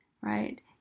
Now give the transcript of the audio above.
right